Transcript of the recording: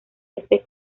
este